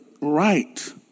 right